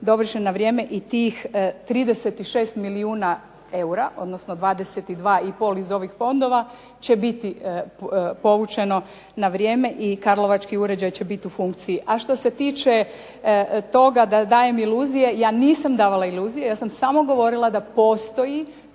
dovršen na vrijeme i tih 36 milijuna eura, odnosno 22,5 iz ovih fondova će biti povućeno na vrijeme i karlovački uređaj će biti u funkciji. A što se tiče toga da daje iluzije. Ja nisam davala iluzije. Ja sam samo govorila da postoje